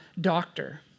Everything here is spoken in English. doctor